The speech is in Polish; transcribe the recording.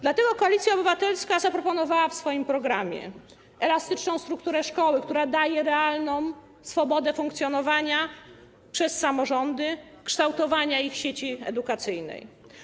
Dlatego Koalicja Obywatelska zaproponowała w swoim programie elastyczną strukturę szkoły, która daje realną swobodę funkcjonowania samorządów, kształtowania ich sieci edukacyjnej.